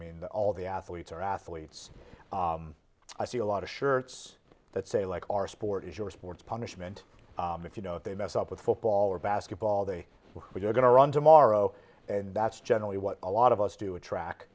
mean all the athletes are athletes i see a lot of shirts that say like our sport is your sports punishment if you know if they mess up with football or basketball they were going to run tomorrow and that's generally what a lot of us do a track